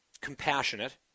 compassionate